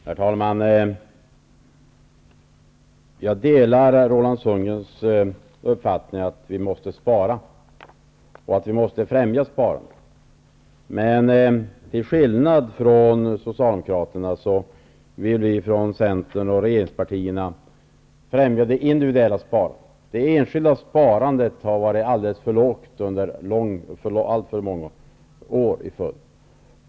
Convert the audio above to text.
Herr talman! Jag delar Roland Sundgrens uppfattning om att vi måste främja sparandet. Men till skillnad från Socialdemokraterna vill vi från Centern och de övriga regeringspartierna främja det individuella sparandet. Det enskilda sparandet har varit alldeles för lågt under alltför många år.